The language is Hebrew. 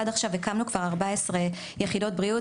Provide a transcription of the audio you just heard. עד עכשיו הקמנו כבר כ-14 יחידות בריאות,